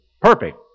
perfect